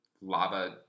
lava